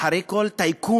אחרי כל טייקון,